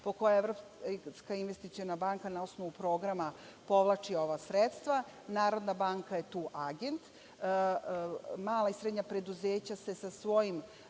po kojoj Evropska investiciona banka na osnovu programa povlači ova sredstva. Narodna banka je tu agent. Mala i srednja preduzeća se sa svojim